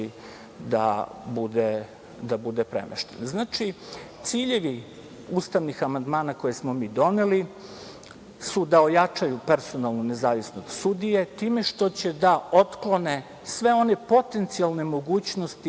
da bude premešten. Dakle, ciljevi ustavnih amandmana koje smo mi doneli su da ojačaju personalnu nezavisnost sudije, time što će da otklone sve one potencijalne mogućnosti